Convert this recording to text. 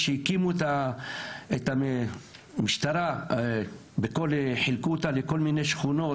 כשהקימו את המשטרה וחילקו אותה לכל מיני שכונות,